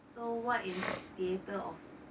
so what is theatre of